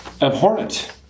abhorrent